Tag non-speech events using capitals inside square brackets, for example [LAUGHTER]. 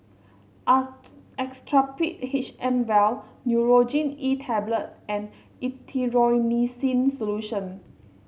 [UNINTELLIGIBLE] Actrapid H M vial Nurogen E Tablet and Erythroymycin Solution